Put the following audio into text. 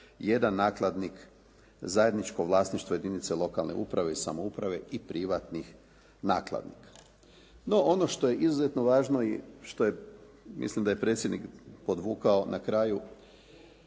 te 71 nakladnik zajedničko vlasništvo jedinice lokalne uprave i samouprave i privatnih nakladnika. No ono što je izuzetno važno i što mislim da je predsjednik podvukao na kraju